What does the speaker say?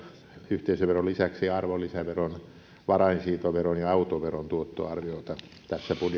yhteisöveron lisäksi arvonlisäveron varainsiirtoveron ja autoveron tuottoarviota tässä